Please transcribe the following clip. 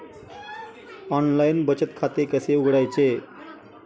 Online बचत खाते कसे उघडायचे?